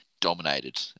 dominated